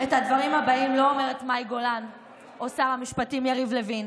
את הדברים הבאים לא אומרים מאי גולן או שר המשפטים יריב לוין.